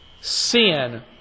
sin